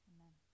Amen